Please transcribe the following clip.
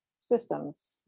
systems